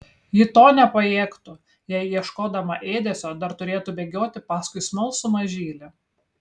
ji to nepajėgtų jei ieškodama ėdesio dar turėtų bėgioti paskui smalsų mažylį